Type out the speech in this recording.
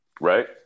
right